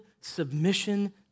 submission